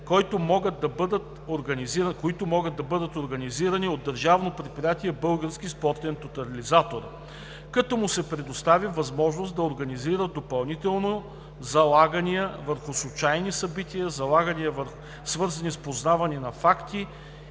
които могат да бъдат организирани от Държавно предприятие „Български спортен тотализатор“, като му се предостави възможност да организира допълнително залагания върху случайни събития, залагания, свързани с познаване на факти,